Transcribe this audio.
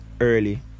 early